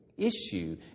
issue